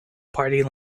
party